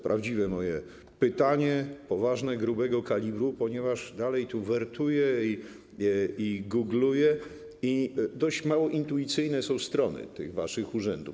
Prawdziwe moje pytanie, poważne, grubego kalibru, ponieważ dalej tu wertuję i googluję i dość mało intuicyjne są strony tych waszych urzędów.